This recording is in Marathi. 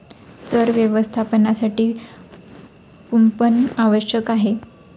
चर व्यवस्थापनासाठी कुंपण आवश्यक आहे